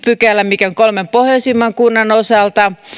pykälä kolmen pohjoisimman kunnan osalta